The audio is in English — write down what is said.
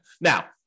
Now